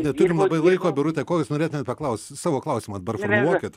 neturim labai laiko birute ko jūs norėtumėt paklaust savo klausimą dabar formuluokit